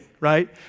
right